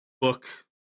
book